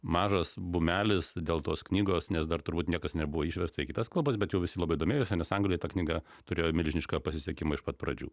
mažas bumelis dėl tos knygos nes dar turbūt niekas nebuvo išversta į kitas kalbas bet jau visi labai domėjosi nes anglijoj ta knyga turėjo milžinišką pasisekimą iš pat pradžių